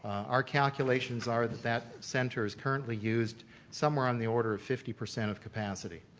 our calculations are that that center is currently used somewhere on the order of fifty percent of capacity.